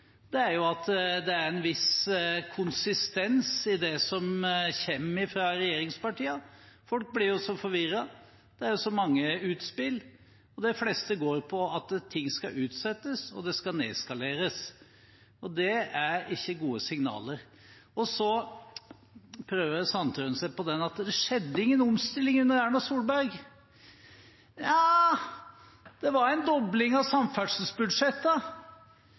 at det er en viss konsistens i det som kommer fra regjeringspartiene. Folk blir så forvirret, det er så mange utspill, og de fleste går ut på at ting skal utsettes, og det skal nedskaleres. Det er ikke gode signaler. Så prøver Sandtrøen seg på den med at det skjedde ingen omstilling under Erna Solberg. Vel, det var en dobling av